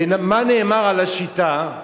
ומה נאמר על השיטה?